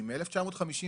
שהיא מ-1959,